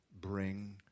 bring